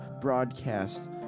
broadcast